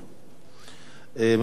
ממשיכים בסדר-היום: